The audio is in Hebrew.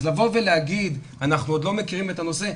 אז לבוא ולהגיד: אנחנו עוד לא מכירים את הנושא?